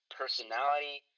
personality